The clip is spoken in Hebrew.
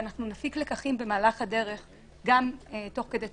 ואנחנו נפיק לקחים במהלך הדרך גם תוך כדי תנועה.